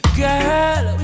girl